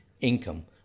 income